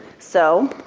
so,